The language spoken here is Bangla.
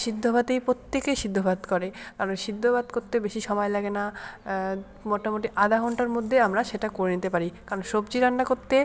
সিদ্ধ ভাতেই প্রত্যেকে সিদ্ধ ভাত করে আর ওই সিদ্ধ ভাত করতে বেশি সময় লাগে না মোটামোটি আধা ঘন্টার মধ্যেই আমরা সেটা করে নিতে পারি কারণ সবজি রান্না করতে